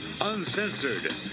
uncensored